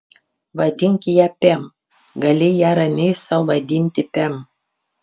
vadink ją pem gali ją ramiai sau vadinti pem